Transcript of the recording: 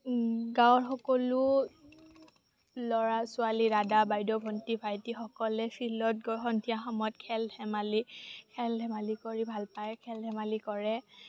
গাঁৱৰ সকলো ল'ৰা ছোৱালী দাদা বাইদেউ ভন্টি ভাইটীসকলে ফিল্ডত গৈ সন্ধিয়া সময়ত খেল ধেমালি খেল ধেমালি কৰি ভাল পায় খেল ধেমালি কৰে